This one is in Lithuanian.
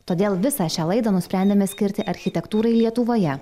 todėl visą šią laidą nusprendėme skirti architektūrai lietuvoje